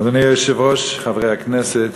אדוני היושב-ראש, חברי הכנסת,